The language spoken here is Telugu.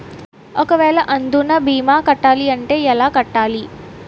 ఒక వేల అందునా భీమా కట్టాలి అంటే ఎలా కట్టాలి?